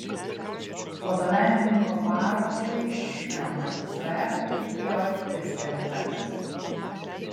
fotomenininko parodai šmc patikėjo tris erdves